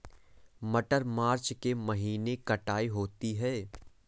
मटर मार्च के महीने कटाई होती है?